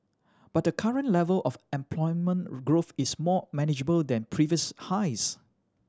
but the current level of employment growth is more manageable than previous highs